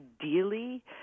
Ideally